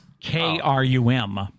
k-r-u-m